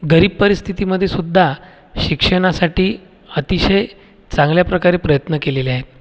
गरीब परिस्थितीमध्ये सुद्धा शिक्षणासाठी अतिशय चांगल्या प्रकारे प्रयत्न केलेले आहेत